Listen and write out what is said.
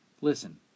listen